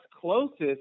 closest